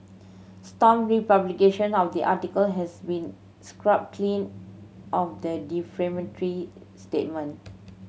stomp republication of the article has been scrubbed clean of the defamatory statement